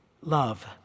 love